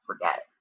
forget